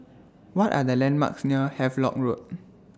What Are The landmarks near Havelock Road